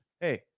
Hey